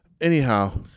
Anyhow